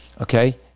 okay